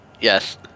Yes